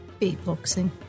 beatboxing